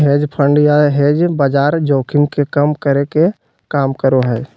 hedge fund या hedge बाजार जोखिम के कम करे के काम करो हय